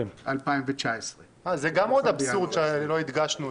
בשנת 2019. אה, זה גם עוד אבסורד שלא הדגשנו.